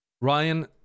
Ryan